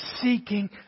seeking